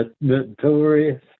Notorious